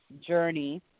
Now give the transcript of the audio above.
journey